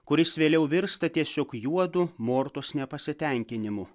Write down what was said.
kuris vėliau virsta tiesiog juodu mortos nepasitenkinimu